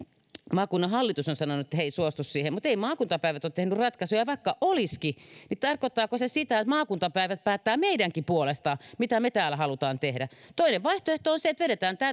maakunnan hallitus on sanonut että he eivät suostu siihen mutta ei maakuntapäivät ole tehnyt ratkaisuja ja vaikka olisikin niin tarkoittaako se sitä että maakuntapäivät päättää meidänkin puolestamme mitä me täällä haluamme tehdä toinen vaihtoehto on se että vedetään